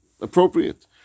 Appropriate